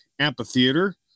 Amphitheater